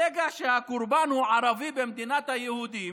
ברגע שהקורבן הוא ערבי במדינת היהודים,